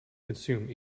consume